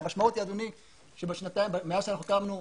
המשמעות היא שמאז שקמנו,